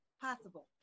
Possible